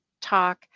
talk